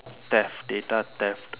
theft data theft